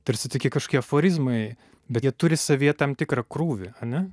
tarsi tokie kašokie aforizmai bet jie turi savyje tam tikrą krūvį ane